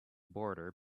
boarder